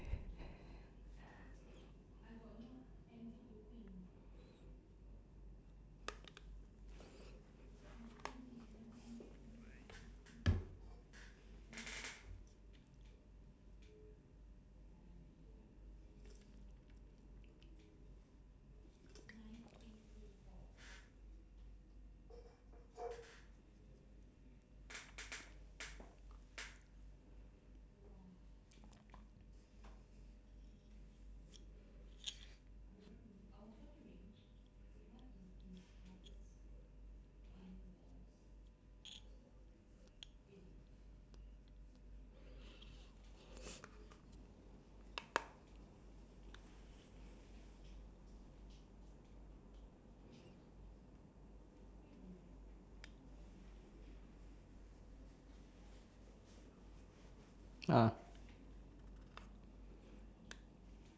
ah